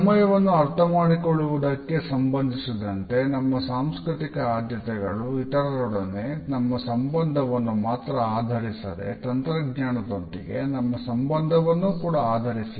ಸಮಯವನ್ನು ಅರ್ಥಮಾಡಿಕೊಳ್ಳುವುದಕ್ಕೆ ಸಂಬಂಧಿಸಿದಂತೆ ನಮ್ಮ ಸಾಂಸ್ಕೃತಿಕ ಆದ್ಯತೆಗಳು ಇತರರೊಡನೆ ನಮ್ಮ ಸಂಬಂಧವನ್ನು ಮಾತ್ರ ಆಧರಿಸಿರದೆ ತಂತ್ರಜ್ಞಾನದೊಂದಿಗೆ ನಮ್ಮ ಸಂಬಂಧವನ್ನು ಕೂಡ ಆಧರಿಸಿದೆ